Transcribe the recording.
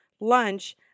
lunch